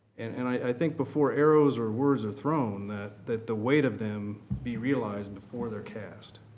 and and i think before arrows or words are thrown, that that the weight of them be realized before they're cast.